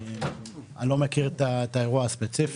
כאמור, אני לא מכיר את האירוע הספציפי.